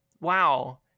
wow